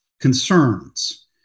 concerns